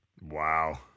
Wow